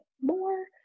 more